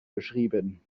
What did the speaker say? beschrieben